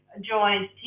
joined